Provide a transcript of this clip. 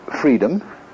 freedom